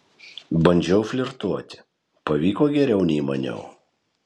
bandžiau flirtuoti pavyko geriau nei maniau